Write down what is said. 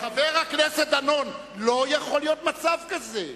חבר הכנסת דנון, לא יכול להיות מצב כזה.